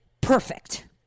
perfect